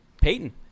Peyton